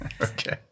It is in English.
Okay